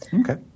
Okay